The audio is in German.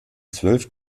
zwölf